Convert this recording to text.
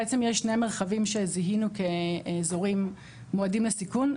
בעצם יש שני מרחבים שזיהינו כאזורים מועדים לסיכון.